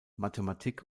mathematik